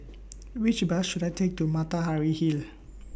Which Bus should I Take to Matahari Hall